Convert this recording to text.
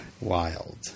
Wild